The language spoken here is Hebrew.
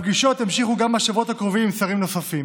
הפגישות יימשכו בשבועות הקרובים עם שרים נוספים.